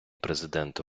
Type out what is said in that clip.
президента